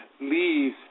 leave